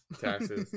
taxes